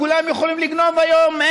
כולם יכולים לגנוב היום.